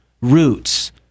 roots